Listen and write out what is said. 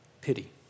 pity